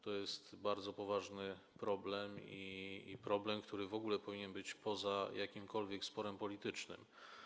To jest bardzo poważny problem, problem, który w ogóle powinien być poza jakimkolwiek sporem politycznym.